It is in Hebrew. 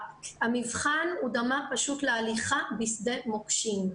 המבחן הוא דמה פשוט להליכה בשדה מוקשים.